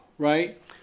right